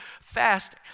fast